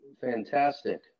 fantastic